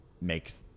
makes